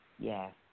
Yes